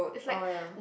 oh ya